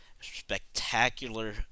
Spectacular